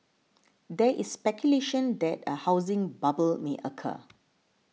there is speculation that a housing bubble may occur